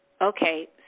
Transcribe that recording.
Okay